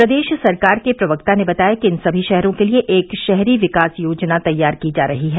प्रदेश सरकार के प्रवक्ता ने बताया कि इन सभी शहरों के लिए एक शहरी विकास योजना तैयार की जा रही है